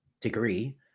degree